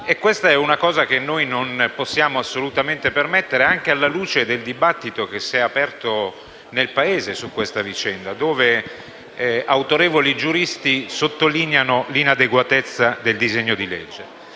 e questa è una cosa che non possiamo assolutamente permettere, anche alla luce del dibattito che si è aperto su questa vicenda, in occasione del quale autorevoli giuristi hanno sottolineato l'inadeguatezza del disegno di legge.